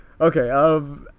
okay